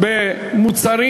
במוצרים